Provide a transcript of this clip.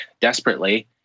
desperately